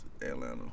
Atlanta